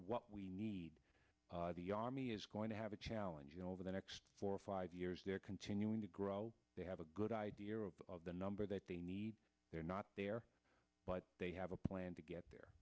what we need the army is going to have a challenge over the next four or five years they're continuing to grow they have a good idea of the number that they need they're not there but they have a plan to get the